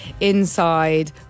inside